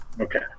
Okay